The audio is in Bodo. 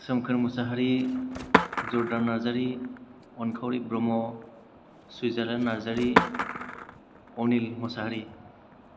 Somkhor Musahary Jordan Narzary Ankhaori Brahma Switzerland Narzary Anil Mushahary